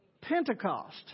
Pentecost